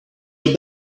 your